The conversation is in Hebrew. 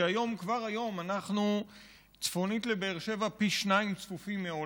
כי כבר היום אנחנו צפונית לבאר שבע צפופים פי שניים מבהולנד,